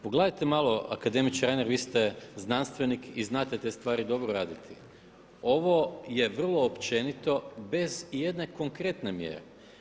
Pogledate malo, akademiče Reiner vi ste znanstvenik i znate te stvari dobro raditi, ovo je vrlo općenito bez ijedne konkretne mjere.